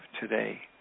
today